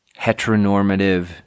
heteronormative